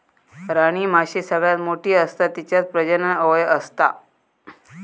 राणीमाशी सगळ्यात मोठी असता तिच्यात प्रजनन अवयव असता